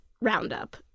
roundup